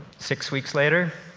six weeks later,